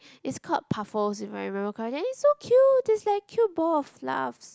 it's called puffles if I remember correct then it's so cute there is like cute ball of fluffs